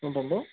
ఏంటండి